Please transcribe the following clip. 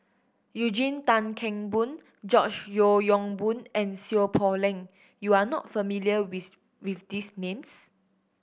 Eugene Tan Kheng Boon George Yeo Yong Boon and Seow Poh Leng you are not familiar with these names